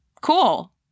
Cool